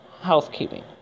housekeeping